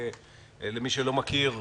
למי שלא מכיר,